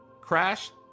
Crash